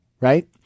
Right